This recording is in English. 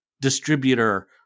distributor